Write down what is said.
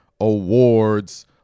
awards